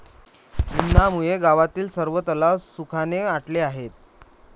उन्हामुळे गावातील सर्व तलाव सुखाने आटले आहेत